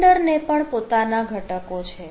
Cinder ને પણ પોતાના ઘટકો છે